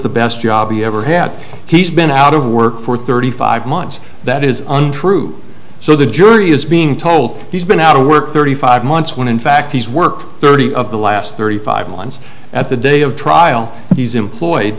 the best job he ever had he's been out of work for thirty five months that is untrue so the jury is being told he's been out of work thirty five months when in fact he's worked thirty of the last thirty five lines at the day of trial and he's employed